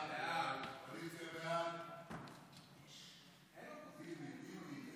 ההצעה לכלול את הנושא בסדר-היום של